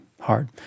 hard